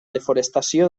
desforestació